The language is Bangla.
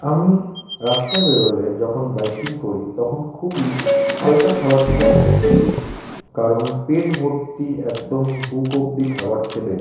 আমি রাস্তায় বেরোলে যখন বাইকিং করি তখন খুবই হালকা খাবার খেতে পছন্দ করি কারণ পেট ভর্তি একদম বুক অবধি খাবার খেলে